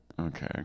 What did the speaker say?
Okay